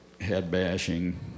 head-bashing